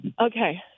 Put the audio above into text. Okay